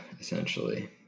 essentially